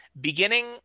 Beginning